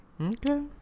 Okay